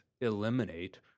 eliminate